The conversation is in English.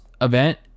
event